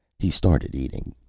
he started eating,